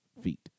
feet